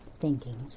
thinking,